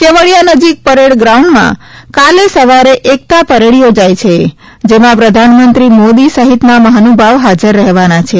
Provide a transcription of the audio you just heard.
કેવડીયા નજીક પરેડ ગ્રાઉન્ડમાં કાલે સવારે એકતા પરેડ યોજાઇ છે જેમાં પ્રધાનમંત્રી મોદી સહિતના મહાનુભાવ હાજર રહેવાના છે